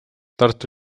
tartu